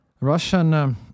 Russian